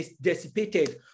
dissipated